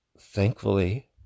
Thankfully